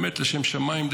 באמת לשם שמיים,